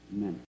Amen